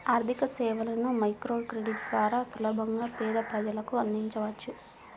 ఆర్థికసేవలను మైక్రోక్రెడిట్ ద్వారా సులభంగా పేద ప్రజలకు అందించవచ్చు